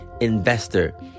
investor